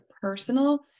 personal